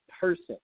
person